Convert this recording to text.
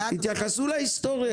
אם נתייחס להיסטוריה